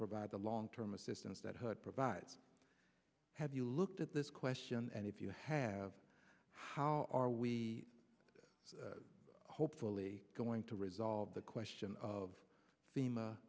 provide the long term assistance that heard provides have you looked at this question and if you have how are we hopefully going to resolve the question of